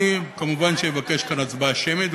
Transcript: אני כמובן אבקש הצבעה שמית,